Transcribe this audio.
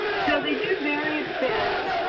so they do vary a bit,